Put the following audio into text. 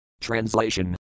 Translation